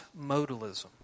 modalism